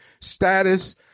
status